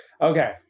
okay